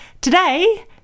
Today